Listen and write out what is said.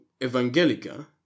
Evangelica